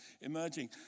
emerging